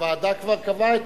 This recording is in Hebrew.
הוועדה כבר קבעה את,